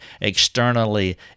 externally